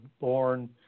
born